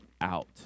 out